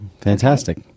fantastic